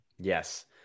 yes